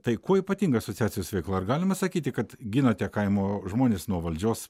tai kuo ypatinga asociacijos veikla ar galima sakyti kad ginate kaimo žmones nuo valdžios